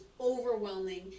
overwhelming